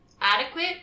Adequate